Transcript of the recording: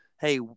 hey